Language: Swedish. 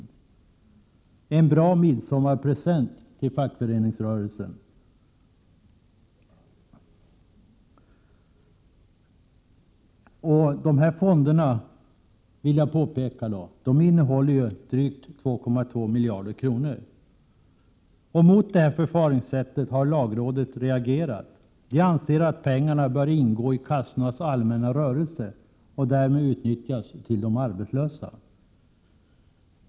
Det är en bra midsommarpresent till fackföreningsrörelsen, eftersom de här fonderna, det vill jag påpeka, innehåller drygt 2,2 miljarder kronor. Mot detta förfaringssätt har lagrådet reagerat. Lagrådet anser att pengarna bör ingå i kassornas allmänna rörelse och därmed utnyttjas till de arbetslösa.